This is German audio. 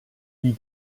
wie